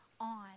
on